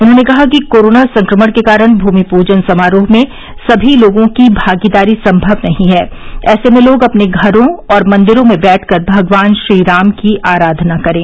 उन्होंने कहा कि कोरोना संक्रमण के कारण भूमि पूजन समारोह में सभी लोगों की भागीदारी संभव नहीं है ऐसे में लोग अपने घरों और मंदिरों में बैठकर भगवान श्रीराम की आराधना करें